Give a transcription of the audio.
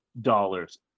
dollars